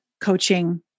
coaching